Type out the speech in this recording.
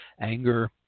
anger